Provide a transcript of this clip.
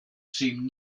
seemed